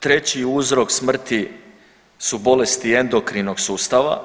Treći uzrok smrti su bolesti endokrinog sustava.